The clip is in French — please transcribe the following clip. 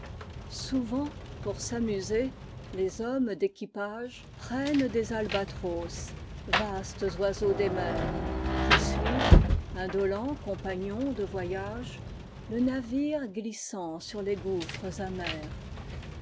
souvent pour s'amuser les hommes d'équipageprennent des albatros vastes oiseaux des mers qui suivent indolents compagnons de voyage le navire glissant sur les gouffres amers